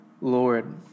Lord